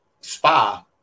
spa